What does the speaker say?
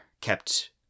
kept